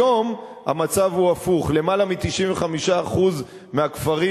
היום המצב הפוך: יותר מ-95% מהכפרים